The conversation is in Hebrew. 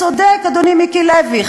צודק, אדוני, מיקי לוי.